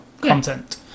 content